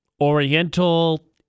Oriental